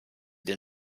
den